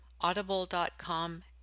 Audible.com